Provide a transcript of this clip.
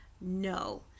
no